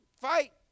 fight